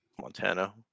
Montana